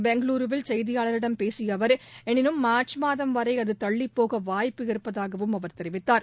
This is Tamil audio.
பெங்களுருவில் செய்தியாளர்களிடம் பேசிய அவர் எனினும் மார்ச் மாதம் வரை அது தள்ளிப்போக வாய்ப்பு இருப்பதாகவும் அவர் தெரிவித்தார்